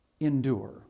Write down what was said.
Endure